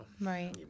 Right